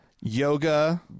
yoga